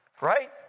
right